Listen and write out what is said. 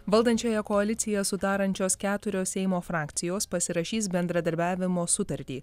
valdančiąją koaliciją sudarančios keturios seimo frakcijos pasirašys bendradarbiavimo sutartį